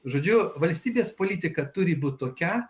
žodžiu valstybės politika turi būti tokia